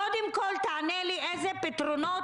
קודם כול תענה לי איזה פתרונות,